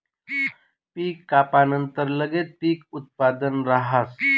पीक कापानंतर लगेच पीक उत्पादन राहस